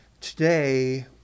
today